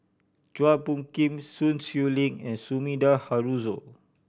Chua Phung Kim Sun Xueling and Sumida Haruzo